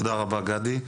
תודה רבה, גדי.